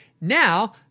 Now